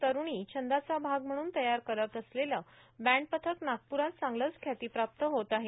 हौसी तरुण तरुणी छंदाचा भाग म्हणून तयार करौत असलेले बँड पथक नागपुरात चांगलेच ख्यातीप्राप्त होत आहेत